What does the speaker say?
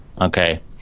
Okay